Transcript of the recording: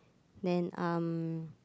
then um